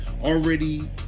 already